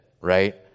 right